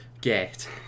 get